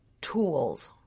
tools